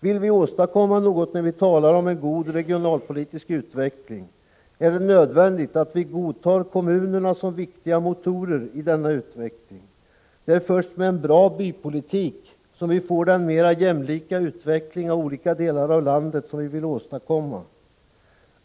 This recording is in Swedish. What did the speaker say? Vill vi åstadkomma något när vi talar om en god regionalpolitisk utveckling är det nödvändigt att vi godtar kommunerna som viktiga motorer i denna utveckling. Det är först med en bra ”bypolitik” som vi får den mera jämlika utveckling av olika delar av landet som vi vill åstadkomma.